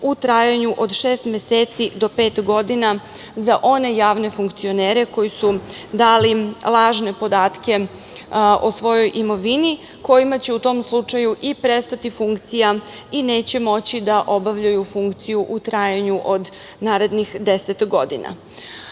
u trajanju od šest meseci do pet godina za one javne funkcionere koji su dali lažne podatke o svojoj imovini, kojima će u tom slučaju i prestati funkcija i neće moći da obavljaju funkciju u trajanju od narednih 10 godina. Kao